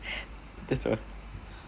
that's all